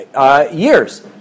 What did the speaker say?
years